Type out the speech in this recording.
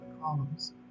columns